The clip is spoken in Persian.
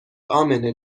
امنه